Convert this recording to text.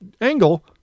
angle